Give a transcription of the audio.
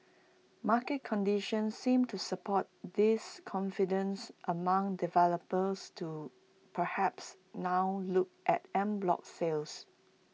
market conditions seems to support this confidence among developers to perhaps now look at en bloc sales